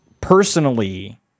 personally